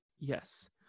Yes